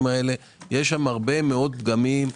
יש שם הרבה מאוד פגמים.